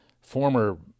former